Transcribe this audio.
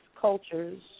cultures